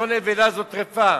זו נבלה, זו טרפה.